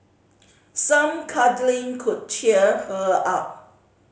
some cuddling could cheer her up